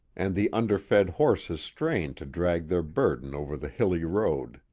and the underfed horses strained to drag their burden over the hilly road.